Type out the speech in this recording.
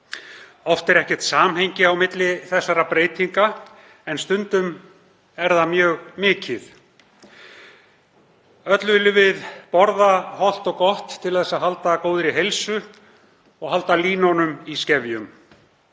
Oft er ekkert samhengi á milli þessara breytinga en stundum er það mjög mikið. Öll viljum við borða hollt og gott til að halda góðri heilsu og halda línunum í skefjum.